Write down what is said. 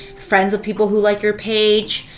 friends of people who like your page.